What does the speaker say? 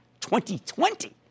2020